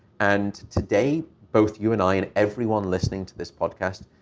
and today, both you and i and everyone listening to this podcast,